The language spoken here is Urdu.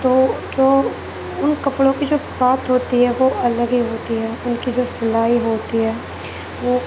تو تو ان کپڑوں کی جو بات ہوتی ہے وہ الگ ہی ہوتی ہے ان کی جو سلائی ہوتی ہے وہ